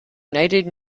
united